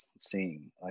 seeing